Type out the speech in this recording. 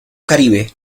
caribe